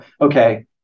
okay